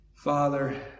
Father